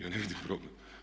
Ja ne vidim problem.